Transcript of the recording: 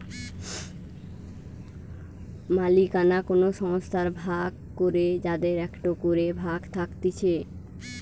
মালিকানা কোন সংস্থার ভাগ করে যাদের একটো করে ভাগ থাকতিছে